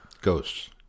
ghosts